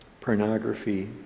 pornography